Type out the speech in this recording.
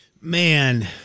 Man